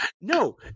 No